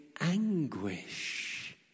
anguish